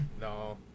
no